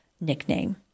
nickname